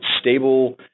stable